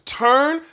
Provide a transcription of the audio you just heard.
turn